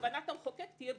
וכוונת המחוקק תהיה ברורה.